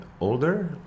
older